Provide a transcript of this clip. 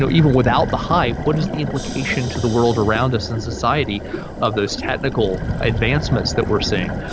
so even without the hype, what is the implication to the world around us and society of those technical advancements that we're seeing?